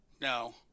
no